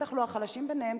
בטח לא החלשים שביניהם,